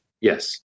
Yes